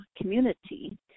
community